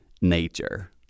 nature